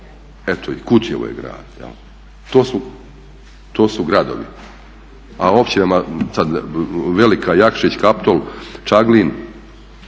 Eto i Kutjevo je grad. To su gradovi. A o općinama sada Velika, Jakšić, Kaptol, Čaglin